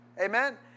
Amen